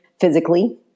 physically